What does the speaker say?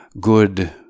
Good